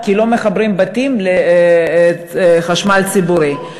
כי לא מחברים בתים לחשמל ציבורי.